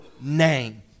name